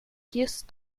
just